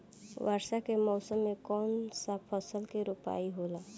वर्षा के मौसम में कौन सा फसल के रोपाई होला?